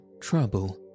trouble